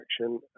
action